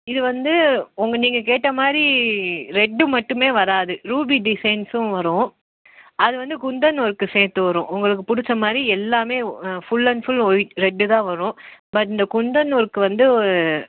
இது வந்து உங்க நீங்கள் கேட்டமாதிரி ரெட்டு மட்டுமே வராது ரூபி டிசைன்ஸ்ஸும் வரும் அது வந்து குந்தன் ஒர்க்கு சேர்த்து வரும் உங்களுக்கு பிடிச்ச மாதிரி எல்லாமே full and full white red தான் வரும் பட் இந்த குந்தன் ஒர்க்கு வந்து